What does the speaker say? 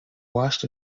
washed